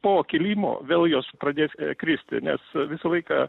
po kilimo vėl jos pradės kristi nes visą laiką